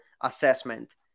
assessment